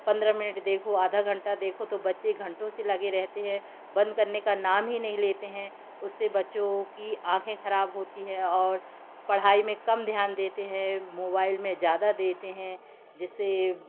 पन्द्रह मिनट देखो तो आधा घंटा देखो तो बच्चे घंटों से लगे रहते हैं बंद करने का नाम ही नहीं लेते है उससे बच्चों की आँखें ख़राब होती है और पढ़ाई में कम ध्यान देते है मोबाईल में ज़्यादा देते हैं जिससे